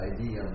Idea